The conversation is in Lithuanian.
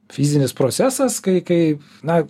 fizinis procesas kai kai na